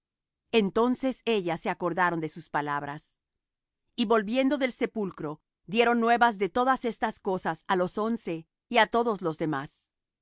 entonces ellas se acordaron de sus palabras y volviendo del sepulcro dieron nuevas de todas estas cosas á los once y á todos los demás